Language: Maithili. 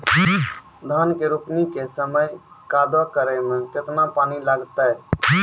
धान के रोपणी के समय कदौ करै मे केतना पानी लागतै?